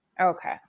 Okay